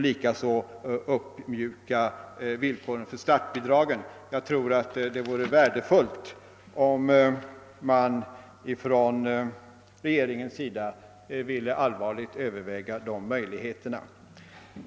Likaså bör bestämmelserna för startbidrag uppmjukas.» Jag tror att det vore värdefullt om regeringen ville allvarligt överväga de möjligheterna.